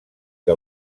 que